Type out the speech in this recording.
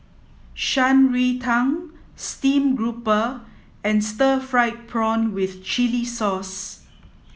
Shan Rui Tang Stream Grouper and Stir Fried Prawn with Chili Sauce